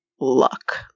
luck